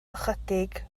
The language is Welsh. ychydig